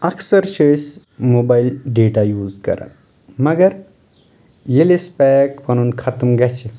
اَکثر چھِ أسۍ موبایل ڈیٹا یوٗز کران مگر ییٚلہِ اَسہِ پیک پَنُن ختٕم گژھِ